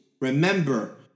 Remember